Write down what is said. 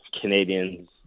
Canadians